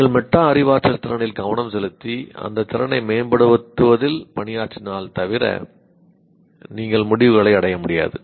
நீங்கள் மெட்டா அறிவாற்றல் திறனில் கவனம் செலுத்தி அந்த திறனை மேம்படுத்துவதில் பணியாற்றினால் தவிர நீங்கள் முடிவுகளை அடைய முடியாது